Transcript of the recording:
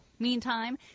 Meantime